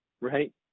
right